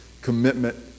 commitment